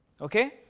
Okay